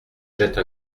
jette